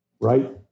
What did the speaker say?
right